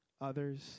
others